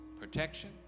protection